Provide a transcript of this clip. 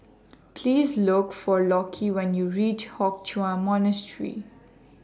Please Look For Lockie when YOU REACH Hock Chuan Monastery